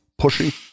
Pushy